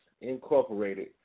Incorporated